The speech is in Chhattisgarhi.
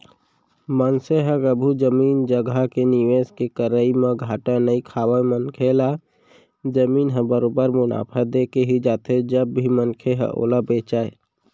मनसे ह कभू जमीन जघा के निवेस के करई म घाटा नइ खावय मनखे ल जमीन ह बरोबर मुनाफा देके ही जाथे जब भी मनखे ह ओला बेंचय